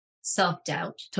self-doubt